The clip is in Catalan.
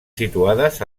situades